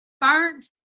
burnt